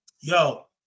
Yo